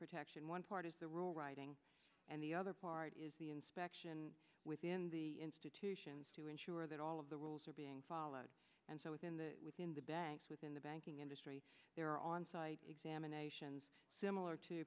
protection one part of their role writing and the other part the inspection within the institutions to ensure that all of the rules are being followed and so within the within the banks within the banking industry there are on site examinations similar to